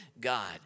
God